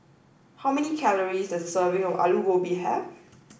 how many calories does a serving of Aloo Gobi have